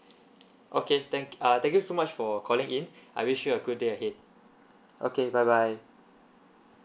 okay thank uh thank you so much for calling in I wish you a good day ahead okay bye bye